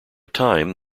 time